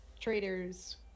traders